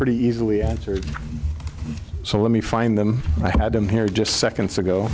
pretty easily answered so let me find them i had them here just seconds ago